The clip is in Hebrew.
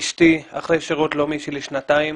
אשתי אחרי שירות לאומי של שנתיים